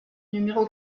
numéro